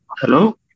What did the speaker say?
Hello